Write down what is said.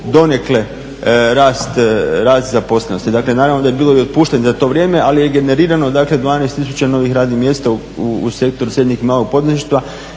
donekle rast zaposlenosti. Dakle, naravno da je bilo i otpuštanja za to vrijeme, ali je generirano, dakle 12000 novih radnih mjesta u Sektoru srednjeg i malog poduzetništva.